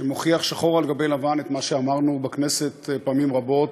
מוכיח שחור על גבי לבן את מה שאמרנו בכנסת פעמים רבות,